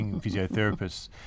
physiotherapists